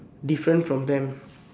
different from them